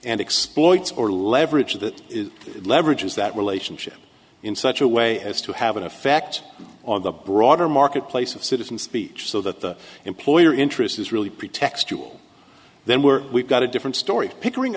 and exploits or leverage that leverage is that relationship in such a way as to have an effect on the broader market place of citizen speech so that the employer interest is really pretextual then we're we've got a different story pickering